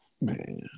Man